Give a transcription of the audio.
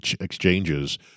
exchanges